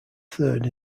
third